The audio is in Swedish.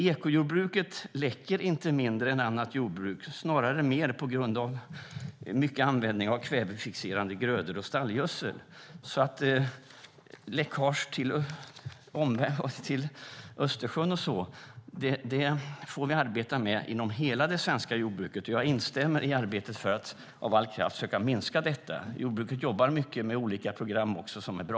Ekojordbruket läcker inte mindre än annat jordbruk, snarare mer på grund av mycket användning av kvävefixerande grödor och stallgödsel. Läckage till Östersjön får vi alltså arbeta med inom hela det svenska jordbruket. Jag instämmer i att vi ska arbeta för att med all kraft försöka minska detta. Jordbruket jobbar också mycket med olika program som är bra.